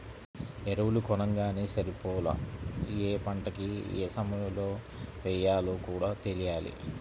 ఎరువులు కొనంగానే సరిపోలా, యే పంటకి యే సమయంలో యెయ్యాలో కూడా తెలియాల